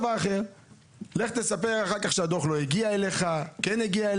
לך תספר שהדוח לא הגיע, כן הגיע.